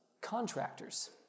Contractors